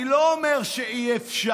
אני לא אומר שאי-אפשר,